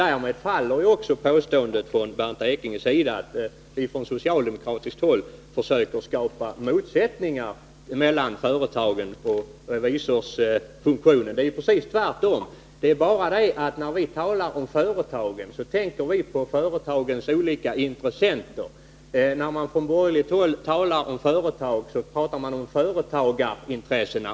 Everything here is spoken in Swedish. Därmed faller också påståendet från Bernt Ekinge att vi från socialdemokratiskt håll försöker skapa motsättningar mellan företagen och revisorsfunktionen. Det är ju precis tvärtom. Det är bara det att när vi talar om företagen, tänker vi på företagens olika intressenter. Men när man från borgerligt håll talar om företagen, tänker man på företagarintressena.